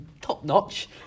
top-notch